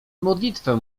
modlitwę